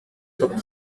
top